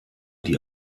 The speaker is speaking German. die